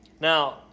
Now